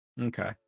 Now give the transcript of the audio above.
okay